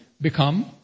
become